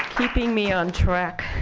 keeping me on track,